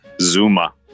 Zuma